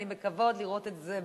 אני מקווה עוד לראות את זה,